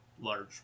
large